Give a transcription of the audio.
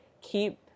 keep